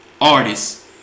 artists